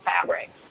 fabric